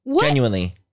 Genuinely